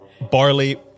Barley